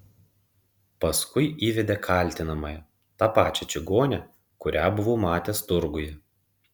paskui įvedė kaltinamąją tą pačią čigonę kurią buvau matęs turguje